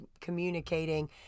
communicating